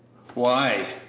why,